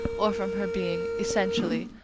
or from her being, essentially,